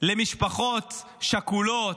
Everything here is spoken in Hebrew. למשפחות השכולות,